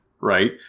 right